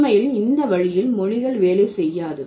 உண்மையில் இந்த வழியில் மொழிகள் வேலை செய்யாது